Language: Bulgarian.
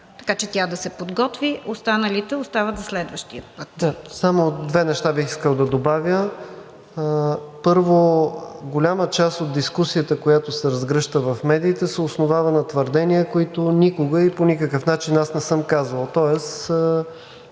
така че тя да се подготви. Останалите остават за следващия път. МИНИСТЪР НИКОЛАЙ ДЕНКОВ: Само две неща бих искал да добавя. Първо, голяма част от дискусията, която се разгръща в медиите, се основава на твърдения, които никога и по никакъв начин не съм казвал, тоест